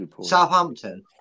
Southampton